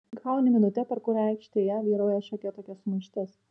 gauni minutę per kurią aikštėje vyrauja šiokia tokia sumaištis